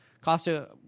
Costa